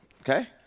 Okay